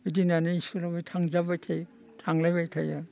बिदि होन्नानै स्कुलाव थांजाबाय थायो थांलायबाय थायो